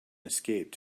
escaped